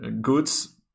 goods